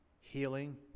healing